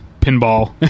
pinball